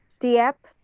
diep,